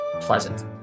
pleasant